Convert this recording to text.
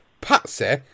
Patsy